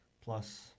plus